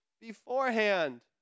beforehand